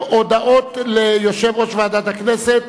הודעות ליושב-ראש ועדת הכנסת,